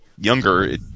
younger